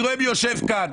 אני רואה מי יושב כאן.